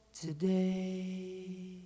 today